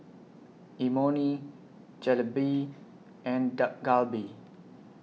Imoni Jalebi and Dak Galbi